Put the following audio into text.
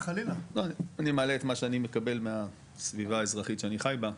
אני מעלה את מה שאני מקבל מהסביבה האזרחית שאני חי בה,